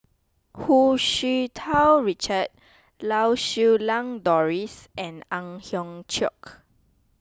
Hu Tsu Tau Richard Lau Siew Lang Doris and Ang Hiong Chiok